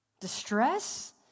Distress